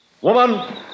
Woman